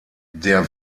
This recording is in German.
der